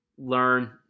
learn